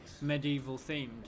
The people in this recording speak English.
medieval-themed